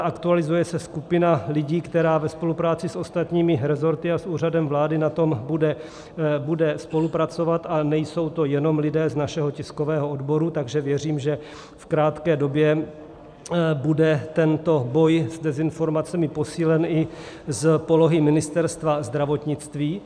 Aktualizuje se skupina lidí, která ve spolupráci s ostatními resorty a s Úřadem vlády na tom bude spolupracovat, a nejsou to jenom lidé z našeho tiskového odboru, takže věřím, že v krátké době bude tento boj s dezinformacemi posílen i z polohy Ministerstva zdravotnictví.